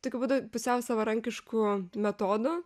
tokiu būdu pusiau savarankišku metodu